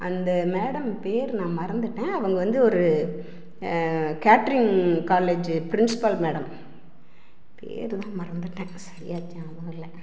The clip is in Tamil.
அந்த மேடம் பெயரு நான் மறந்துட்டேன் அவங்க வந்து ஒரு கேட்டரிங் காலேஜு பிரின்ஸ்பல் மேடம் பெயரு தான் மறந்துட்டேன் சரியா ஞாபகம் இல்லை